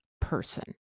person